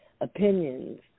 Opinions